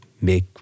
make